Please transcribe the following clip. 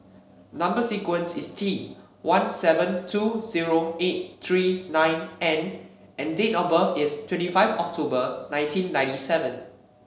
number sequence is T one seven two zero eight three nine N and date of birth is twenty five October nineteen ninety seven